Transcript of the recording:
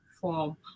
form